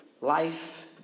life